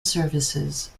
services